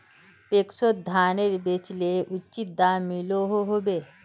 पैक्सोत धानेर बेचले उचित दाम मिलोहो होबे?